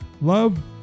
Love